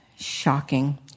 Shocking